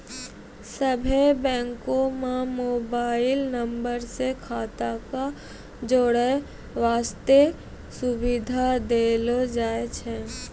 सभ्भे बैंको म मोबाइल नम्बर से खाता क जोड़ै बास्ते सुविधा देलो जाय छै